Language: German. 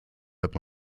hört